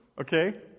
okay